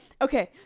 Okay